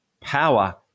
power